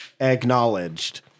Acknowledged